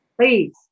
Please